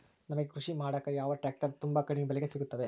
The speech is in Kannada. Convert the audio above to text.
ನಮಗೆ ಕೃಷಿ ಮಾಡಾಕ ಯಾವ ಟ್ರ್ಯಾಕ್ಟರ್ ತುಂಬಾ ಕಡಿಮೆ ಬೆಲೆಗೆ ಸಿಗುತ್ತವೆ?